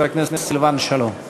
השר סילבן שלום.